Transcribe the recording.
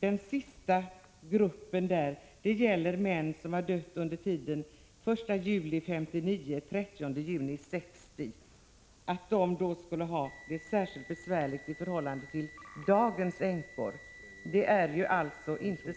den sista gruppen — det gäller änkor vars män har dött under tiden den 1 juli 1959-den 30 juni 1960 — och säger att den skulle ha det särskilt besvärligt i förhållande till dagens änkor. Det är inte sant.